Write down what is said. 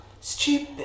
Stupid